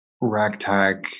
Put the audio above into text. ragtag